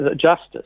justice